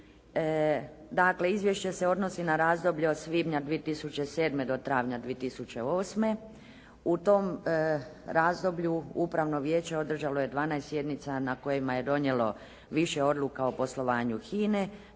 Dakle, izvješće se odnosi na razdoblje od svibnja 2007. do travnja 2008. U tom razdoblju Upravno vijeće održalo je 12. sjednica na kojima je donijelo više odluka o poslovanju HINE,